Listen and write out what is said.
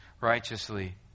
righteously